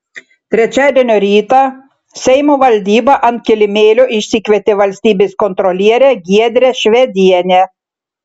trečiadienio rytą seimo valdyba ant kilimėlio išsikvietė valstybės kontrolierę giedrę švedienę